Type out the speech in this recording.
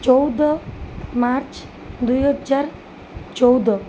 ଚଉଦ ମାର୍ଚ୍ଚ ଦୁଇହଜାର ଚଉଦ